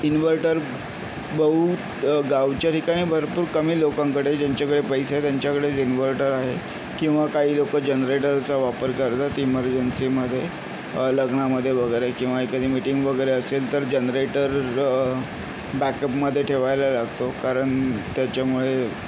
inverter बहूत गावच्या ठिकाणी भरपूर कमी लोकांकडे ज्यांच्याकडे पैसे आहेत त्यांच्याकडेच इन्व्हर्टर आहे किंवा काही लोकं जनरेटरचा वापर करतात इमर्जन्सीमध्ये लग्नामध्ये वगैरे किंवा एखादी मीटिंग वगैरे असेल तर जनरेटर बॅकअपमध्ये ठेवायला लागतो कारण त्याच्यामुळे